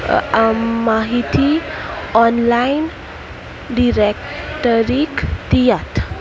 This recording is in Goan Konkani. माहिती ऑनलायन डिरेक्टरीक दियात